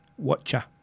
Watcha